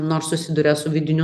nors susiduria su vidiniu